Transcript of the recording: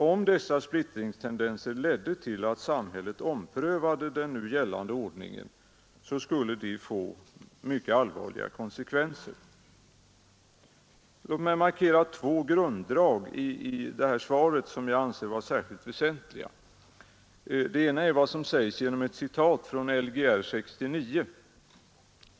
Om dessa splittringstendenser ledde till att samhället omprövade den nu gällande ordningen skulle det få mycket allvarliga konsekvenser. Låt mig markera två grunddrag i svaret, som jag anser vara särskilt väsentliga. Det ena är vad som sägs genom ett citat från Lgr 69.